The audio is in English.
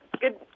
good